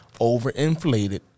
overinflated